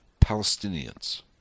Palestinians